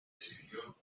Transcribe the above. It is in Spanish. sirvió